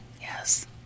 Yes